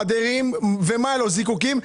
מעדרים וזיקוקים.